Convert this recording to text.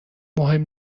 مهم